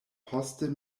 poste